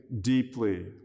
deeply